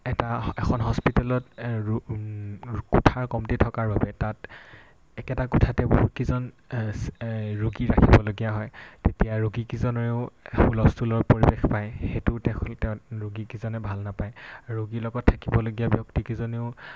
এটা এখন হস্পিতেলত ৰো কোঠাৰ কমটি থকাৰ বাবে তাত একেটা কোঠাতে বহুত কেইজন ৰোগী ৰাখিবলগীয়া হয় তেতিয়া ৰোগীকেইজনেও হুলস্থুলৰ পৰিৱেশ পায় সেইটো দেখিলে ৰোগীকেইজনে ভাল নাপায় ৰোগীৰ লগত থাকিবলগীয়া ব্যক্তি কেইজনেও